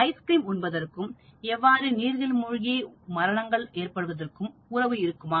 ice cream உண்பதற்கும் எவ்வாறு நீரில் மூழ்கும் மரணங்களுக்கு இடையில் உறவு இருக்குமா